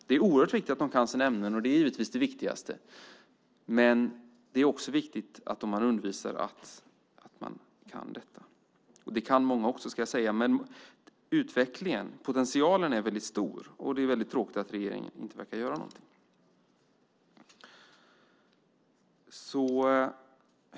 Det är oerhört viktigt att de kan sina ämnen och givetvis det viktigaste, men det är också viktigt att de kan detta. Det kan många också, men potentialen är väldigt stor. Det är tråkigt att regeringen inte verkar göra någonting.